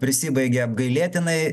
prisibaigė apgailėtinai